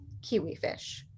kiwifish